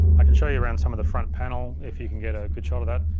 i can show you around some of the front panel if you can get a good shot of that.